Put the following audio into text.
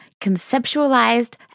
conceptualized